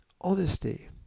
honesty